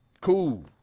cool